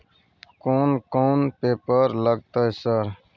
कोन कौन पेपर लगतै सर?